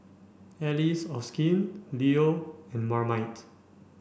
Allies of Skin Leo and Marmite